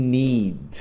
need